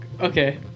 Okay